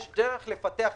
יש דרך לפתח רגולציה.